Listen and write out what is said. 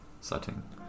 setting